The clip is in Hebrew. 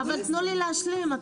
אבל תנו לי להשלים.